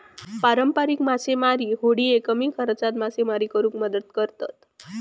पारंपारिक मासेमारी होडिये कमी खर्चात मासेमारी करुक मदत करतत